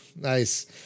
Nice